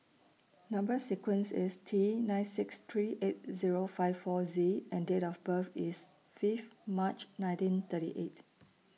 Number sequence IS T nine six three eight Zero five four Z and Date of birth IS Fifth March nineteen thirty eight